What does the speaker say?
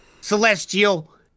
Celestial